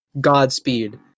Godspeed